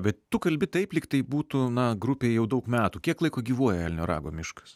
bet tu kalbi taip lyg tai būtų na grupei jau daug metų kiek laiko gyvuoja elnio rago miškas